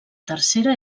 tercera